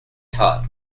taut